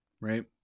right